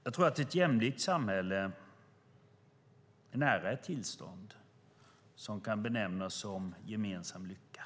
Jag tror att ett jämlikt samhälle är nära ett tillstånd som kan benämnas som gemensam lycka.